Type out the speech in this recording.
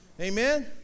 Amen